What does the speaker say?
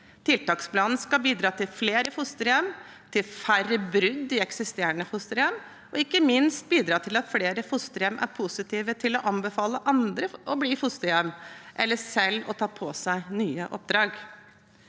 Tiltaksplanen skal bidra til flere fosterhjem, til færre brudd i eksisterende fosterhjem og ikke minst bidra til at flere fosterhjem er positive til å anbefale andre å bli fosterhjem eller selv å ta på seg nye oppdrag.